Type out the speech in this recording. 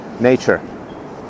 Nature